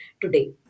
today